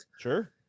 Sure